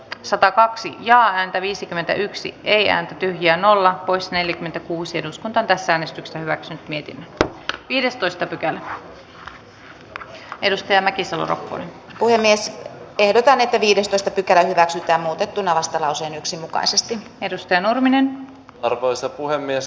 satakaksi ja häntä viisikymmentäyksi neljään tyhjään olla pois neljäkymmentäkuusi eduskunta merja mäkisalo ropponen on ilmari nurmisen kannattamana ehdottanut että pykälä hyväksytään vastalauseen yksi mukaisesti edestä nauraminen tarhoissa mukaisena